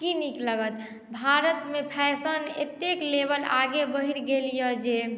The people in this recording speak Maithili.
की नीक लागत भारतमे फैशन एतेक लेवल आगे बढ़ि गेल यए जे